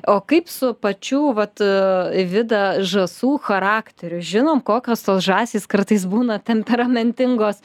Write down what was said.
o kaip su pačiu vat vida žąsų charakteriu žinom kokios tos žąsys kartais būna temperamentingos